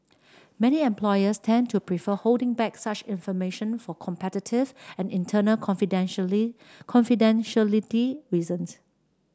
many employers tend to prefer holding back such information for competitive and internal confidentially confidentiality reasons